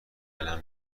دلم